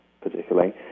particularly